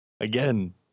Again